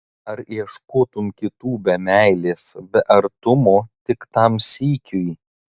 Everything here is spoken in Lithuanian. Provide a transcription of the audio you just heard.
ar ieškotum kitų be meilės be artumo tik tam sykiui